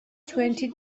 twenty